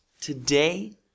today